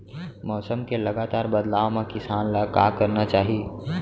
मौसम के लगातार बदलाव मा किसान ला का करना चाही?